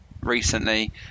recently